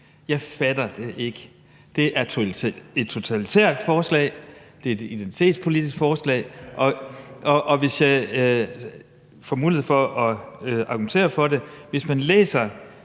Jeg fatter det ikke. Det er et totalitært forslag, og det er et identitetspolitisk forslag, og jeg vil gerne have mulighed for at argumentere for det. Hvis man læser